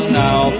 now